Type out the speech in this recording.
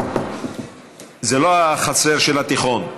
זה לא החצר של התיכון.